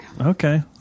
Okay